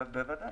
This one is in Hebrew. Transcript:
בוודאי.